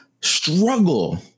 struggle